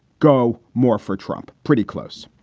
go more for trump. pretty close.